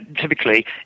typically